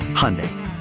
Hyundai